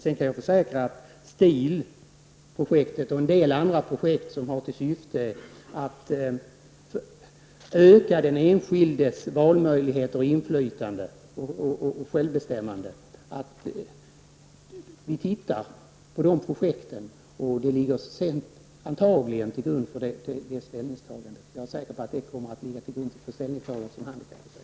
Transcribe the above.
Sedan kan jag försäkra att Stil-projektet och en rad andra projekt vilka har till syfte att utöka den enskildes möjligheter till valfrihet, inflytande och självbestämmande är något som vi ser till och att de sedan antagligen skall ligga till grund för ställningstagandet. Jag är säker på att dessa projekt kommer att ligga till grund för de ställningstaganden som handikapputredningen gör.